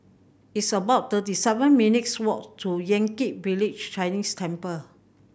it's about thirty seven minutes' walk to Yan Kit Village Chinese Temple